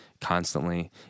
constantly